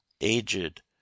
aged